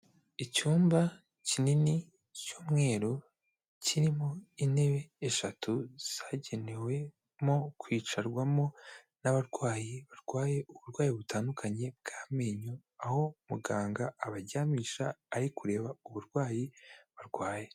Icyumba kinini cy'umweru, kirimo intebe eshatu zagenewemo kwicarwamo n'abarwayi barwaye uburwayi butandukanye bw'amenyo, aho muganga abaryamisha ari kureba uburwayi barwaye.